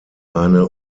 eine